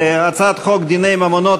הצעת חוק דיני ממונות,